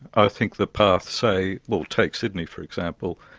i think the path, say, well, take sydney for example,